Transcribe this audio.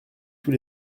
tous